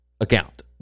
account